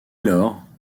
lors